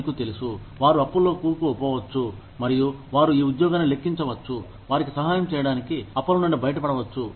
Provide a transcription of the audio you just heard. మీకు తెలుసు వారు అప్పుల్లో కూరుకు పోవచ్చు మరియు వారు ఈ ఉద్యోగాన్ని లెక్కించవచ్చు వారికి సహాయం చేయడానికి అప్పుల నుండి బయటపడవచ్చు